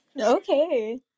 okay